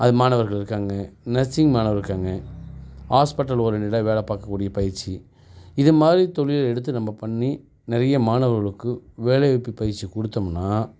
அது மாணவர்கள் இருக்கிறாங்க நர்சிங் மாணவர்கள் இருக்காங்க ஹாஸ்பிட்டல் ஓரியண்ட்டடாக வேலை பார்க்கக்கூடிய பயிற்சி இதுமாதிரி தொழில் எடுத்து நம்ம பண்ணி நிறைய மாணவர்களுக்கு வேலைவாய்ப்பு பயிற்சி கொடுத்தோம்ன்னா